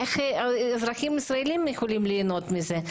איך אזרחים ישראלים יכולים להנות מזה?